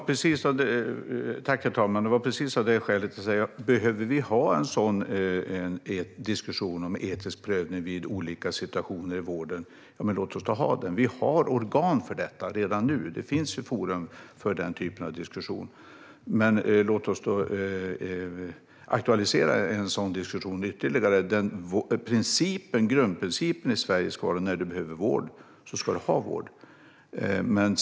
Herr talman! Det var av precis det skälet jag sa att om vi behöver ha en diskussion om etisk prövning när det gäller olika situationer i vården låt oss då ha den. Vi har organ för detta redan nu. Det finns forum för den typen av diskussioner. Låt oss aktualisera en sådan diskussion ytterligare. Grundprincipen i Sverige ska vara att när man behöver vård ska man få det.